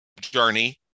journey